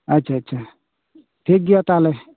ᱟᱪᱷᱟ ᱟᱪᱷᱟ ᱴᱷᱤᱠ ᱜᱮᱭᱟ ᱛᱟᱦᱚᱞᱮ